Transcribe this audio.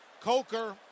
Coker